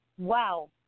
Wow